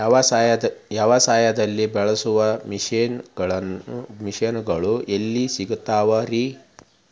ವ್ಯವಸಾಯದಲ್ಲಿ ಬಳಸೋ ಮಿಷನ್ ಗಳು ಎಲ್ಲಿ ಸಿಗ್ತಾವ್ ರೇ?